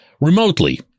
remotely